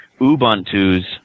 Ubuntu's